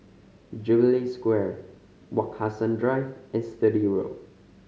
Jubilee Square Wak Hassan Drive and Sturdee Road